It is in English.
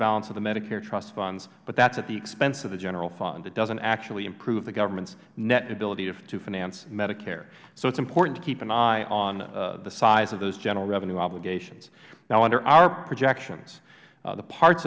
balance of the medicare trust funds but that's at the expense of the general fund it doesn't actually improve the government's net ability to finance medicare so it's important to keep an eye on the size of those general revenue obligations now under our projections the parts